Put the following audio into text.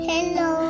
Hello